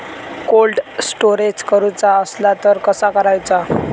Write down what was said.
Cold storage करूचा असला तर कसा करायचा?